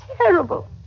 terrible